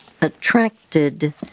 attracted